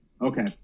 Okay